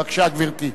בבקשה, גברתי.